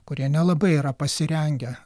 kurie nelabai yra pasirengę